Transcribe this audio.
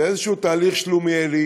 זה איזה תהליך שלומיאלי